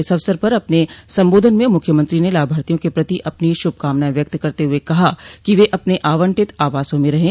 इस अवसर पर अपने सम्बोधन में मुख्यमंत्री ने लाभार्थियों के प्रति अपनी शुभकामनाएं व्यक्त करते हुए कहा कि वे अपने आवंटित आवासों में रहें